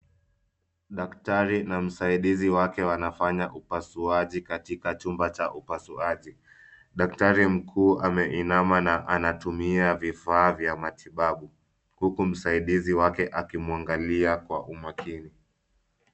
Daktari na msaidizi wake wanafanya upasuaji katika chumba cha upasuaji. Daktari mkuu ameinama na antumia vifaa vya matibabu, huku msaidizi wake akimwangalia kwa umakini.